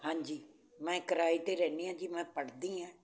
ਹਾਂਜੀ ਮੈਂ ਕਿਰਾਏ 'ਤੇ ਰਹਿੰਦੀ ਹਾਂ ਜੀ ਮੈਂ ਪੜ੍ਹਦੀ ਹਾਂ